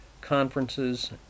conferences